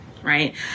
right